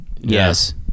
Yes